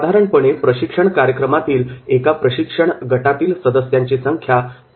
साधारणपणे प्रशिक्षण कार्यक्रमातील एका प्रशिक्षण गटातील सदस्यांची संख्या 25 इतकी असते